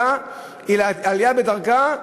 אלא עלייה בדרגה,